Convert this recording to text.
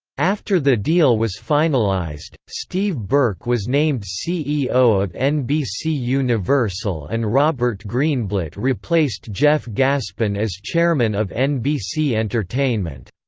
after the deal was finalized, steve burke was named ceo of nbcuniversal and robert greenblatt replaced jeff gaspin as chairman of nbc entertainment.